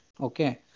Okay